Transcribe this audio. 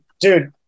Dude